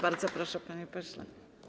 Bardzo proszę, panie pośle.